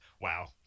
Wow